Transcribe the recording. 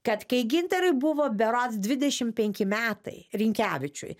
kad kai gintarui buvo berods dvidešimt penki metai rinkevičiui